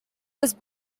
was